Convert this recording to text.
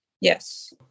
Yes